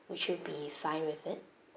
would you be fine with it